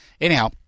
Anyhow